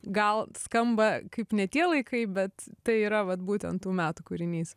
gal skamba kaip ne tie laikai bet tai yra vat būtent tų metų kūrinys